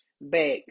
back